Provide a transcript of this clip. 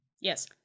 yes